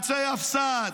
אמצעי הפס"ד,